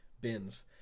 bins